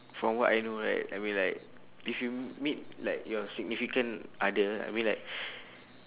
from what I know right I mean like if you meet like your significant other I mean like